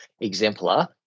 exemplar